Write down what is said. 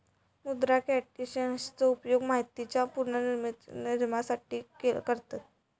मृदा कंडिशनरचो उपयोग मातीच्या पुनर्निर्माणासाठी करतत